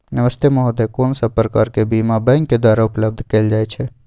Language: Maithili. नमस्ते महोदय, कोन सब प्रकार के बीमा बैंक के द्वारा उपलब्ध कैल जाए छै?